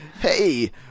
hey